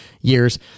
years